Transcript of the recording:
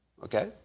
Okay